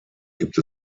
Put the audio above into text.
gibt